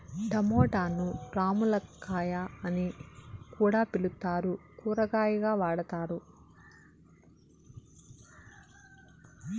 టమోటాను రామ్ములక్కాయ అని కూడా పిలుత్తారు, కూరగాయగా వాడతారు